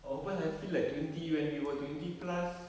of course I feel like twenty when we were twenty plus